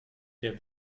der